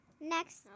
Next